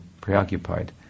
preoccupied